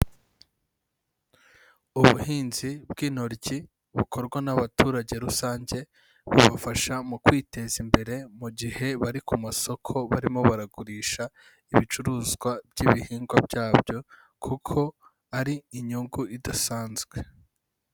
Ubuhinzi bw'intoryi bukorwa n'abaturage rusange, bubafasha mu kwiteza imbere mu gihe bari ku masoko barimo baragurisha ibicuruzwa by'ibihingwa byabyo kuko ari inyungu idasanzwe.